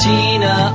Tina